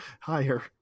Higher